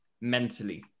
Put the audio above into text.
mentally